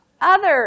Others